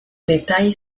détails